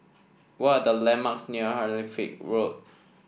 what are the landmarks near Halifax Road